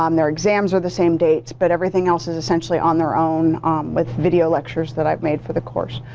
um their exams are the same dates. but everything else is essentially on their own with video lectures that i've made for the course.